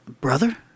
brother